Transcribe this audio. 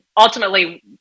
ultimately